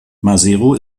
maseru